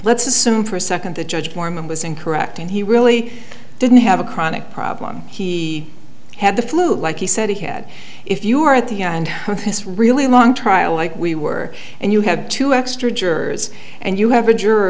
let's assume for a second the judge foreman was incorrect and he really didn't have a chronic problem he had the flu like he said he had if you are at the end when his really long trial like we were and you have two extra jurors and you have a juror